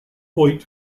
point